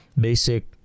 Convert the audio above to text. basic